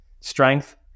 strength